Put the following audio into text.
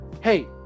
hey